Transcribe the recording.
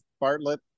Bartlett